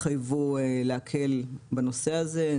התחייבו להקל בנושא הזה.